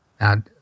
Now